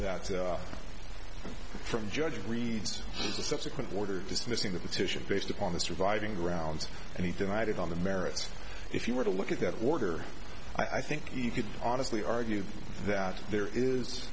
that from judge reads the subsequent order dismissing the petition based upon the surviving grounds and he denied it on the merits if you were to look at that order i think he could honestly argue that there is